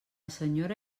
senyora